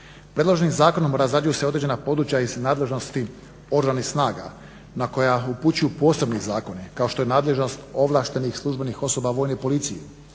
Predloženim zakonom razrađuju se određena područja iz nadležnosti Oružanih snaga na koja upućuju posebni zakoni kao što je nadležnost ovlaštenih službenik osoba Vojne policije,